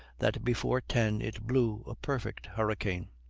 that before ten it blew a perfect hurricane.